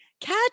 Catch